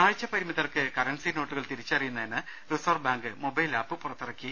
കാഴ്ച പരിമിതർക്ക് കറൻസി നോട്ടുകൾ തിരിച്ചറിയുന്നതിന് റിസർവ് ബാങ്ക് മൊബൈൽ ആപ്പ് പുറത്തിറക്കി